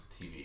TV